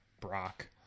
Brock